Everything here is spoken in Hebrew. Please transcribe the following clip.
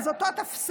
אז אותו תפסו,